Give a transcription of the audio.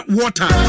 water